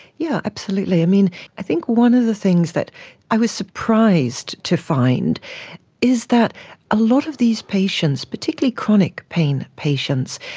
yeah absolutely. i think one of the things that i was surprised to find is that a lot of these patients, particularly chronic pain patients,